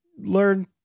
learn